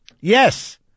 Yes